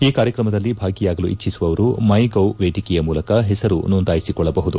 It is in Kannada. ಈ ಕಾರ್ಯಕ್ರಮದಲ್ಲಿ ಭಾಗಿಯಾಗಲು ಇಜ್ಜಿಸುವವರು ಮೈ ಗವ್ ವೇದಿಕೆಯ ಮೂಲಕ ಹೆಸರು ನೋಂದಾಯಿಸಿಕೊಳ್ಳಬಹುದು